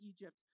Egypt